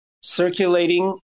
circulating